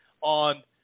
on